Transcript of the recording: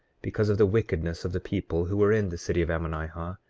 because of the wickedness of the people who were in the city of ammonihah,